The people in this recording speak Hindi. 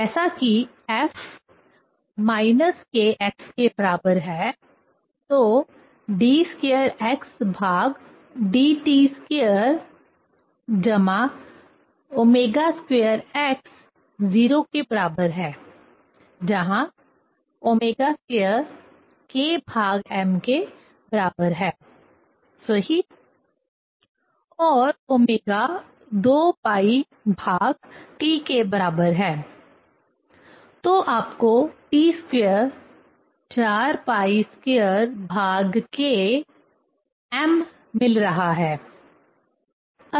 जैसा कि F Kx तो d2xdt2 ω2x 0 जहां ω2 Km सही और ω 2πT तो आपको T2 4π2Km मिल रहा है